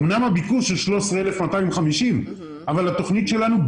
אמנם הביקוש הוא 13,250 אבל התוכנית שלנו,